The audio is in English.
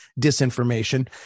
disinformation